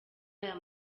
aya